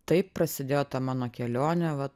taip prasidėjo ta mano kelionė vat